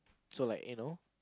so like you know